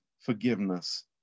forgiveness